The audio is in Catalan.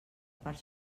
part